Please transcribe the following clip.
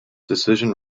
decision